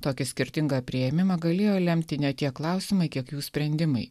tokį skirtingą priėmimą galėjo lemti ne tiek klausimai kiek jų sprendimai